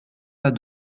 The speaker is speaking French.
pas